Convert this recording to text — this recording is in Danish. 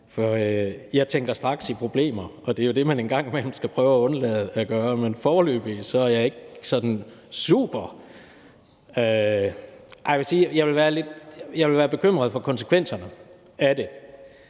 Jeg tænker straks i problemer, og det er jo det, man en gang imellem skal prøve at undlade at gøre. Men foreløbig er jeg ikke sådan super ... Nej, jeg vil sige, at jeg ville være bekymret for konsekvenserne af det,